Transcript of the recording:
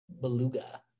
Beluga